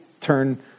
turn